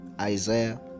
Isaiah